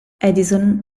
edison